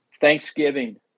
Thanksgiving